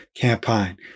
campaign